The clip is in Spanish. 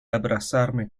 abrazarme